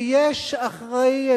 ויש אחראי,